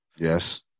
Yes